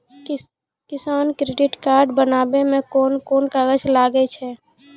किसान credit card बनाबै मे कोन कोन कागज लागै छै?